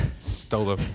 Stole